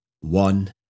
one